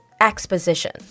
exposition